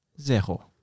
Zero